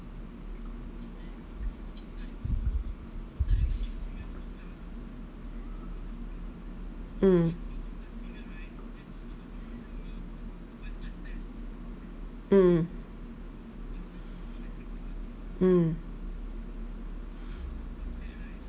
mm mm mm